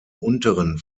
unteren